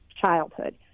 childhood